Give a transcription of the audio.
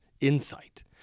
insight